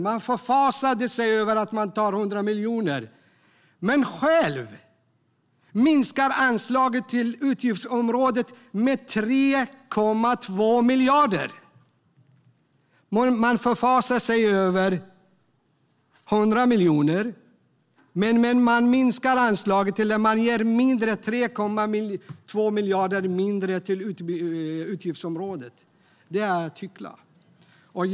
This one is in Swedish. Man förfasade sig över att vi tar 100 miljoner - men själv minskar man anslagen till utgiftsområdet med 3,2 miljarder. Man förfasar sig alltså över 100 miljoner men ger 3,2 miljarder mindre till utgiftsområdet utbildning. Det är att hyckla.